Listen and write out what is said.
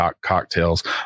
cocktails